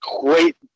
great